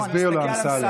תסביר לו, אמסלם.